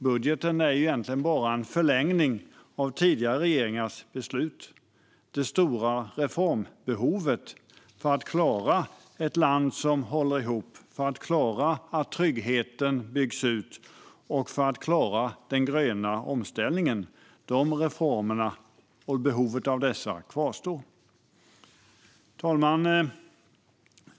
Budgeten är egentligen bara en förlängning av tidigare regeringars beslut. Det stora reformbehovet för att klara ett land som håller ihop, för att klara att tryggheten byggs och för att klara den gröna omställningen kvarstår. Fru talman!